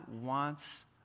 wants